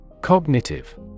Cognitive